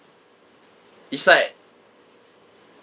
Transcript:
it's like